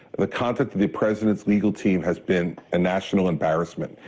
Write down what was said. the conduct of the president's legal team has been a national embarrassment.